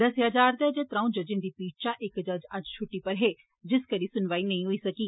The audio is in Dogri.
दस्सेआ जारदा ऐ जे दौंऊं जजें दी पीठ इचां इक जज अज्ज छुट्टी उप्पर हे जिस करी सुनवाई नेई होई सकी